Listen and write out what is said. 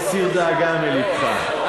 תסיר דאגה מלבך.